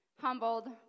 humbled